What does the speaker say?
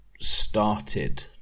started